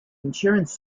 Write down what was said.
insurance